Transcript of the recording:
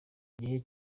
gihe